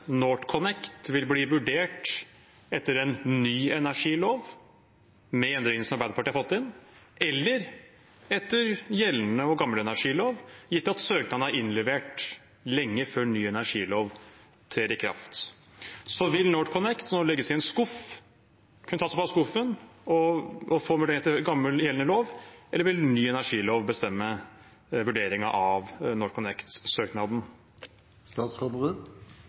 NorthConnect vil bli vurdert etter en ny energilov, med endringene som Arbeiderpartiet har fått inn, eller etter gjeldende, gamle energilov, gitt at søknaden er innlevert lenge før ny energilov trer i kraft. Vil NorthConnect, som nå legges i en skuff, kunne tas opp av skuffen og få vurdering etter gammel, gjeldende lov, eller vil en ny energilov bestemme vurderingen av